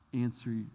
answer